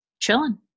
chilling